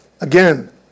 again